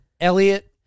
Elliot